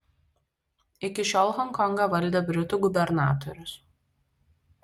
iki šiol honkongą valdė britų gubernatorius